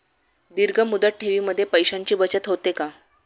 दीर्घ मुदत ठेवीमध्ये पैशांची बचत होते का?